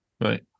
Right